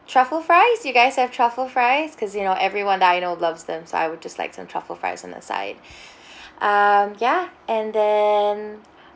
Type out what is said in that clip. truffle fries you guys have truffle fries because you know everyone that I know loves them so I would just like some truffle fries on the side um ya and then